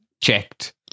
checked